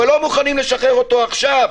אבל לא מוכנים לשחרר אותו עכשיו.